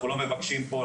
אנחנו לא מבקשים פה ,